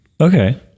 Okay